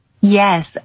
Yes